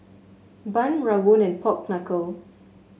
bun rawon and Pork Knuckle